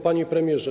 Panie Premierze!